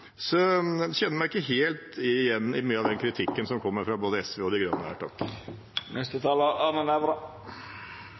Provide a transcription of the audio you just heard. Så jeg kjenner meg ikke helt igjen i mye av den kritikken som kommer både fra SV og fra Miljøpartiet De Grønne.